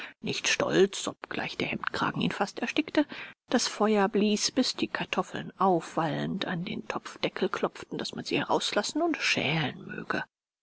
nicht stolz obgleich der hemdkragen ihn fast erstickte das feuer blies bis die kartoffeln aufwallend an den topfdeckel klopften daß man sie herauslassen und schälen möge